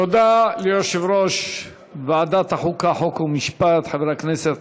תודה ליושב-ראש ועדת החוקה, חוק ומשפט, חבר הכנסת